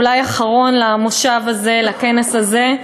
אולי אחרון למושב הזה, לכנס הזה.